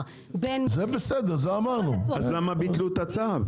בין המחירים --- אז למה ביטלו את הצו?